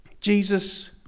Jesus